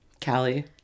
Callie